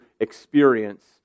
experience